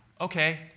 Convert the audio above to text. okay